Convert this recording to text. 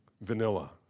vanilla